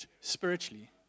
spiritually